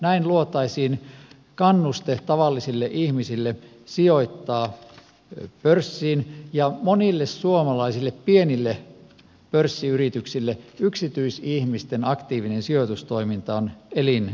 näin luotaisiin kannuste tavallisille ihmisille sijoittaa pörssiin ja monille suomalaisille pienille pörssiyrityksille yksityisihmisten aktiivinen sijoitustoiminta on elintärkeää